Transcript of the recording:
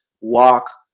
walk